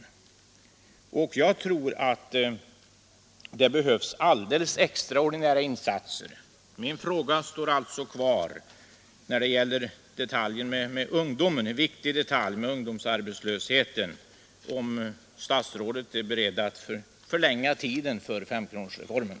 Därför menar jag att det behövs alldeles extraordinära insatser i Värmland. Min fråga står alltså kvar när det gäller den viktiga detaljen ungdomsarbetslösheten: Är statsrådet beredd att förlänga tiden för femkronorsreformen?